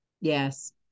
Yes